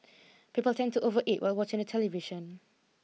people tend to overeat while watching the television